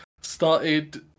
started